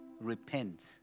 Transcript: repent